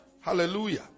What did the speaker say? Hallelujah